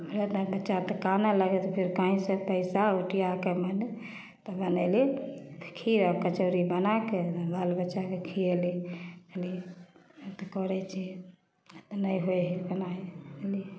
धिआपुताके चाहे तऽ कानऽ लगै छै कहीँसँ पइसा औटिआके मने तऽ बनेली खीर आओर कचौड़ी बनाके दुनू बालबच्चाके खिएली तऽ करै छिए नहि होइहे कोना हेतै